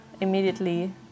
immediately